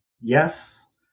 yes